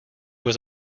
was